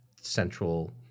central